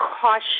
caution